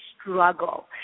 struggle